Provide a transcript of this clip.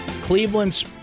Cleveland's